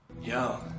Yo